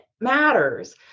matters